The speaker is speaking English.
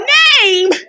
name